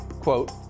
quote